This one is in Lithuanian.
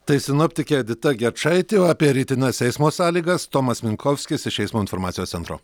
tai sinoptikė edita gečaitė apie rytines eismo sąlygas tomas minkovskis iš eismo informacijos centro